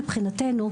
מבחינתנו,